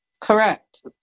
Correct